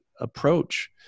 approach